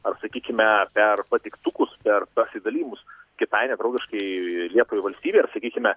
ar sakykime per patiktukus per pasidalijimus kitai nedraugiškai lietuvai valstybei ar sakykime